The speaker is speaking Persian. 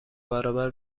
برابر